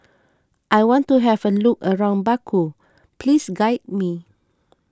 I want to have a look around Baku Please guide me